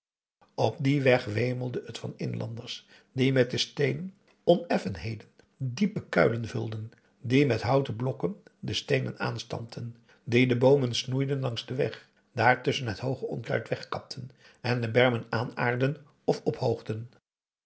op dien weg wemelde het van inlanders die met de steenen oneffenheden diepe kuilen vulden die met houten blokken de steenen aanstampten die de boomen snoeiden langs den weg daartusschen het hooge onkruid wegkapten en de bermen aanaardden of ophoogden